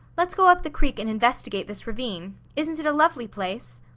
let's go up the creek and investigate this ravine. isn't it a lovely place?